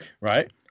right